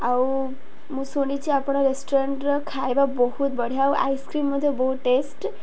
ଆଉ ମୁଁ ଶୁଣିଛି ଆପଣ ରେଷ୍ଟୁରାଣ୍ଟର ଖାଇବା ବହୁତ ବଢ଼ିଆ ଆଉ ଆଇସ୍କ୍ରିମ୍ ମଧ୍ୟ ବହୁତ ଟେଷ୍ଟ